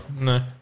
No